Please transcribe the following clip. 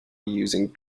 using